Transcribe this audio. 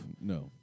No